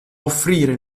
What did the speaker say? offrire